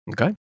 Okay